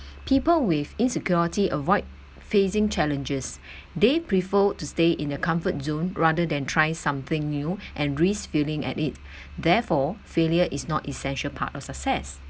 people with insecurity avoid facing challenges they prefer to stay in the comfort zone rather than try something new and risk feeling at it therefore failure is not essential part of success